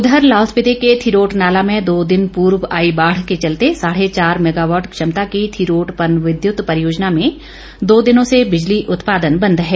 उधर लाहौल स्पिति के थिरोट नाला में दो दिन पूर्व आई बाढ़ के चलते साढ़े चार मेगावाट क्षमता की थिरोट पनविद्युत परियोजना में दो दिनों से बिजली उत्पादन बंद है